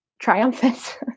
triumphant